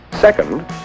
Second